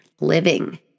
living